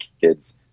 kids